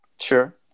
Sure